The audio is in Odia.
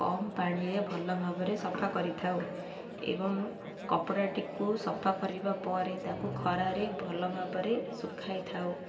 କମ୍ ପାଣିରେ ଭଲ ଭାବରେ ସଫା କରିଥାଉ ଏବଂ କପଡ଼ାଟିକୁ ସଫା କରିବା ପରେ ତାକୁ ଖରାରେ ଭଲ ଭାବରେ ଶୁଖାଇଥାଉ